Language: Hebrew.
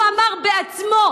הוא אמר בעצמו,